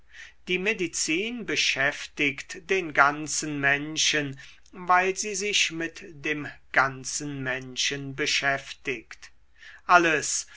die medizin beschäftigt den ganzen menschen weil sie sich mit dem ganzen menschen beschäftigt alles